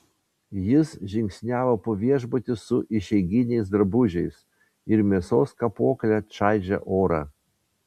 jis žingsniavo po viešbutį su išeiginiais drabužiais ir mėsos kapokle čaižė orą